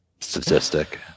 statistic